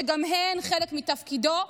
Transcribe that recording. שגם הן חלק מתפקידו,